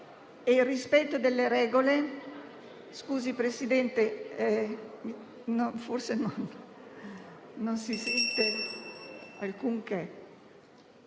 e il rispetto delle regole